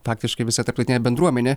faktiškai visa tarptautinė bendruomenė